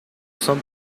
son